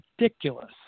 ridiculous